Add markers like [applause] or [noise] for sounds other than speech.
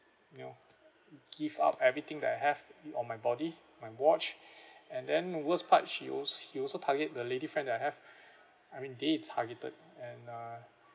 you know give up everything that I have it on my body my watch [breath] and then the worst part she al~ she also target the lady friend that I have I mean they targeted and uh